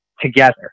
together